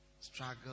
struggle